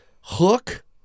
Hook